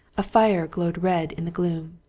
a fire glowed red in the gloom.